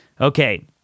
Okay